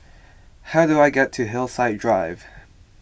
how do I get to Hillside Drive